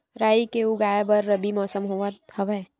राई के उगाए बर रबी मौसम होवत हवय?